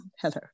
hello